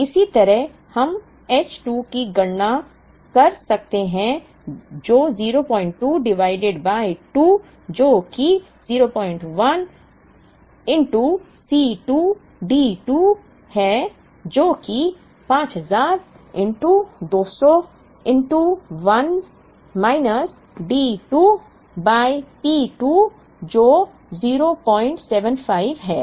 इसी तरह हम H2 की गणना कर सकते हैं जो 02 डिवाइडेड बाय 2 जो कि 01 C 2 d 2 है जो कि 5000 200 1 माइनस D2 बाय P2 जो 075 है